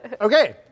Okay